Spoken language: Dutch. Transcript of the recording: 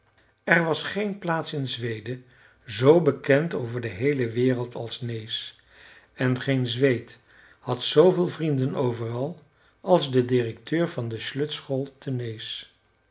er was geen plaats in zweden z bekend over de heele wereld als nääs en geen zweed had zooveel vrienden overal als de directeur van de